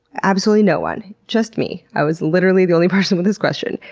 absolutely no one. just me. i was literally the only person with this question.